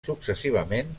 successivament